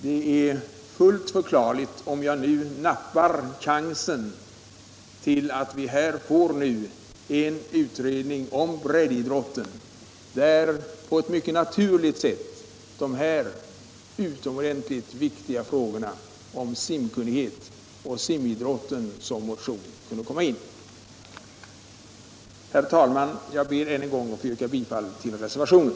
Det är därför fullt förklarligt att jag nu nappar på chansen att få en utredning om breddidrotten, där på ett mycket naturligt sätt de utomordentligt viktiga frågorna om simkunnighet och simidrotten som motion kunde komma in. Herr talman! Jag yrkar än en gång bifall till reservationen.